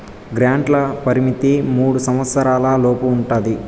గ్రాంట్ల పరిమితి మూడు సంవచ్చరాల లోపు ఉంటది